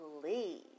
please